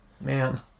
Man